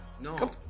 No